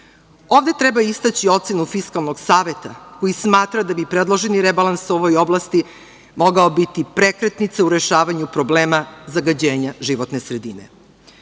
treba istaći ocenu Fiskalnog saveta koji smatra da bi predloženi rebalans u ovoj oblasti mogao biti prekretnica u rešavanju problema zagađenja životne sredine. Dobro